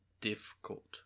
difficult